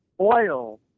oil